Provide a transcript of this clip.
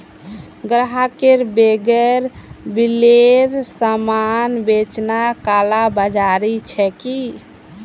ग्राहकक बेगैर बिलेर सामान बेचना कालाबाज़ारी छिके